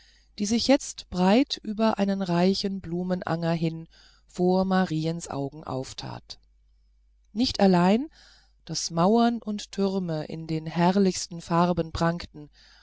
die sich jetzt breit über einen reichen blumenanger hin vor mariens augen auftat nicht allein daß mauern und türme in den herrlichsten farben prangten